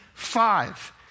Five